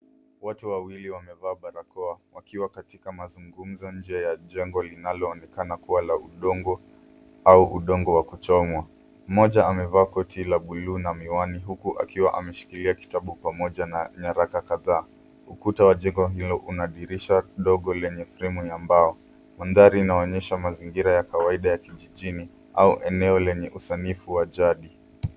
Watu wawili wamevaa barakoa wakiwa katika mazungumzo nje ya jengo linaloonekana kuwa la udongo au udongo wa kuchomwa. Mmoja amevaa koti la buluu na miwani huku akiwa ameshikilia kitabu pamoja na nyaraka kadhaa. Ukuta wa jengo hilo unadhihirisha dogo lenye fremu ya mbao. Mandhari inaonyesha mazingira ya kawaida ya kijijini au eneo lenye usanifu wa jadi.